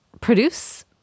produce